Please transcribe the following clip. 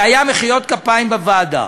והיו מחיאות כפיים בוועדה.